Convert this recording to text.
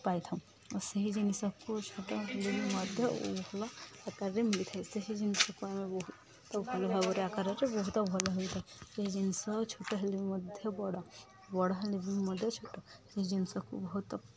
ପାଇଥାଉ ଆଉ ସେହି ଜିନିଷକୁ ଛୋଟ ବି ମଧ୍ୟ ଭଲ ଆକାରରେ ମିଳିଥାଏ ସେହି ଜିନିଷକୁ ଆମେ ବହୁତ ଭଲ ଭାବରେ ଆକାରରେ ବହୁତ ଭଲ ହୋଇଥାଏ ସେ ଜିନିଷ ଆଉ ଛୋଟ ହେଲେ ବି ମଧ୍ୟ ବଡ଼ ବଡ଼ ହେଲେ ବି ମଧ୍ୟ ଛୋଟ ସେ ଜିନିଷକୁ ବହୁତ